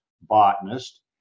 botanist